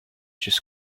just